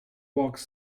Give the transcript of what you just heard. walked